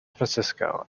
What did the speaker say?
francisco